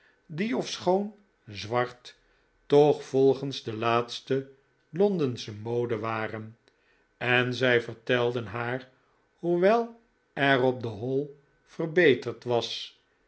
die ofschoon zwart toch volgens de laatste londensche mode waren en zij vertelden haar hoeveel er op de hall verbeterd was